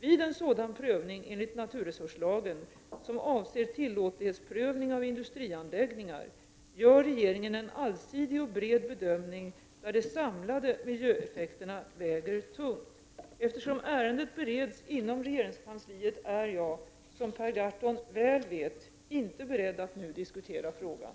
Vid en sådan prövning enligt naturresurslagen, som avser tillåtlighetsprövning av industrianläggningar, gör regeringen en allsidig och bred bedömning där de samlade miljöeffekerna väger tungt. Eftersom ärendet bereds inom regeringskansliet är jag — som Per Gahrton väl vet — inte beredd att nu diskutera frågan.